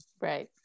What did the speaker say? Right